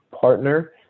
partner